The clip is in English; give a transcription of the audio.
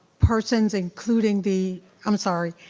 persons including the, i'm sorry.